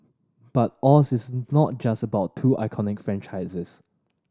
but Oz is not just about two iconic franchises